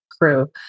crew